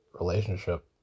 Relationship